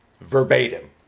Verbatim